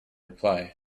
reply